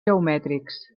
geomètrics